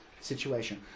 situation